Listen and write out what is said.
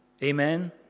Amen